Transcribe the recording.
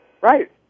Right